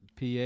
PA